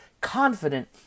confident